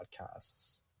podcasts